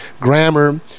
grammar